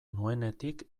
nuenetik